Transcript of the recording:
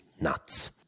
nuts